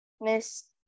miss